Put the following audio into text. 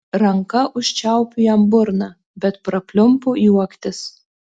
ranka užčiaupiu jam burną bet prapliumpu juoktis